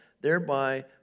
thereby